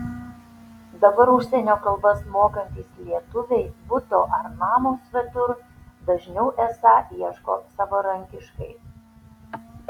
dabar užsienio kalbas mokantys lietuviai buto ar namo svetur dažniau esą ieško savarankiškai